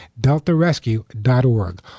deltarescue.org